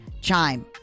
Chime